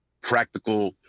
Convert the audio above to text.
practical